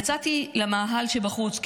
יצאתי למאהל שבחוץ,